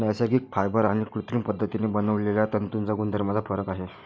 नैसर्गिक फायबर आणि कृत्रिम पद्धतीने बनवलेल्या तंतूंच्या गुणधर्मांमध्ये फरक आहे